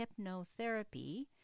hypnotherapy